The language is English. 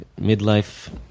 midlife